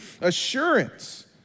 assurance